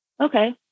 okay